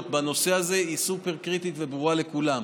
בנושא הזה היא סופר-קריטית וברורה לכולם.